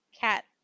cat